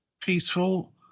peaceful